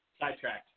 Sidetracked